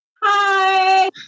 Hi